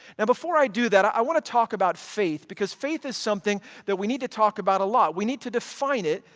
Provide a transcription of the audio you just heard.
and before i do that, i want to talk about faith, because faith is something that we need to talk about a lot we need to define it,